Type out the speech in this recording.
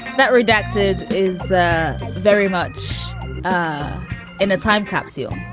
that redacted is very much in a time capsule.